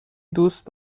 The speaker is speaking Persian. دوست